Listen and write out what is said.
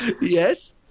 yes